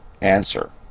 Answer